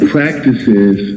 practices